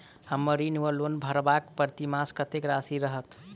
हम्मर ऋण वा लोन भरबाक प्रतिमास कत्तेक राशि रहत?